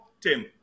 Tim